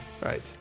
Right